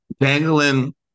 dangling